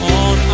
on